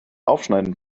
aufschneiden